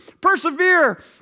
Persevere